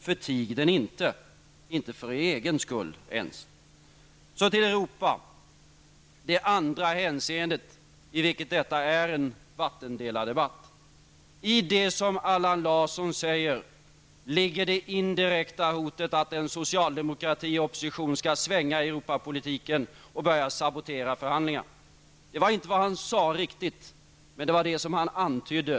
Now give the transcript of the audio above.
Förtig inte Feldts bok, inte minst för er egen skull! Så till Europafrågan. Det är det andra hänseendet i vilket detta är en vattendelardebatt. I det som Allan Larsson säger ligger det indirekta hotet att en socialdemokrati i opposition skall svänga i Europapolitiken och börja sabotera förhandlingarna. Så sade han inte riktigt, men det var vad han antydde.